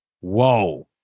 Whoa